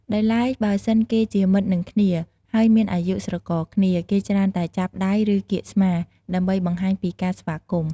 ដោយឡែកបើសិន គេជាមិត្តនឹងគ្មា ហើយមានអាយុស្រករគ្នា គេច្រើនតែចាប់ដៃ ឬ កៀកស្មា ដើម្បីបង្ហាញពីការស្វាគមន៍។